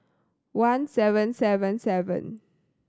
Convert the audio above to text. one seven seven seven